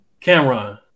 Cameron